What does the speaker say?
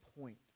point